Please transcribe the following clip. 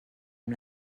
amb